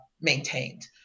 maintained